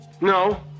No